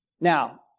Now